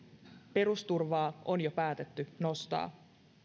perusturvaa on jo päätetty nostaa